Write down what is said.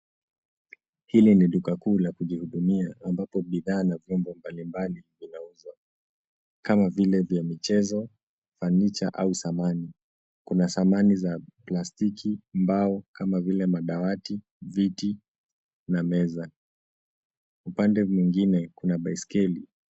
Hili ni duka kuu la kujihudumia ambapo bidhaa na vyombo mbalimbali vinauzwa kama vile vya michezo, fanicha au samani. Kuna samani za plastiki, mbao kama vile madawati, viti na meza. Upande mwingine kuna baiskeli.